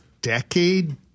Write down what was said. decade